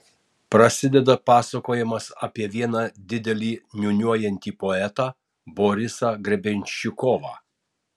prasideda papasakojimas apie vieną didelį niūniuojantį poetą borisą grebenščikovą